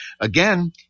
Again